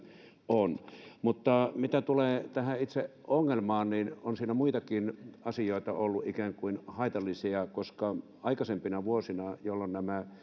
on mutta mitä tulee tähän itse ongelmaan niin on siinä muitakin asioita ollut ikään kuin haitallisia koska aikaisempina vuosina nämä